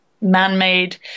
man-made